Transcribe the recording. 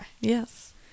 Yes